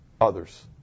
others